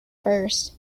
first